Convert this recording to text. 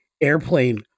Airplane